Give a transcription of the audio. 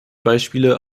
beispiele